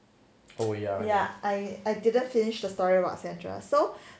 ya I I didn't finish the story about sandra so